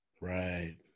Right